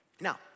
Now